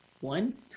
one